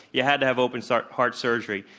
you had to have open heart heart surgery.